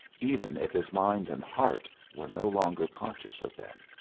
even if his mind and heart were no longer conscious of them.